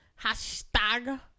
Hashtag